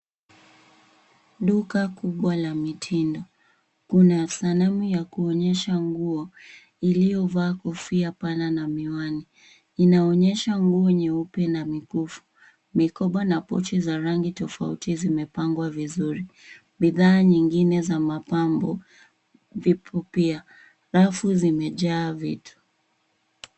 Duka kubwa la mitindo. Kuna sanamu ya kuonyesha nguo iliyovaa kofia pana na miwani. Inaonyesha nguo nyeupe na mikufu. Mikoba na rangi tofauti zimepangwa vizuri. Bidha nyingine za mapambo zipo pia. Rafu zimejaa vitu.